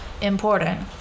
important